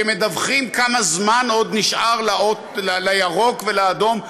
אולי הם יצטרכו רמזורים שמדווחים כמה זמן נשאר לירוק ולאדום,